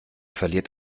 verliert